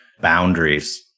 boundaries